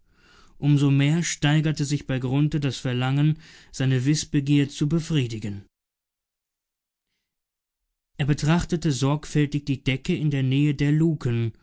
so mehr steigerte sich bei grunthe das verlangen seine wißbegier zu befriedigen er betrachtete sorgfältig die decke in der nähe der luken